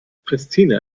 pristina